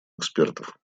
экспертов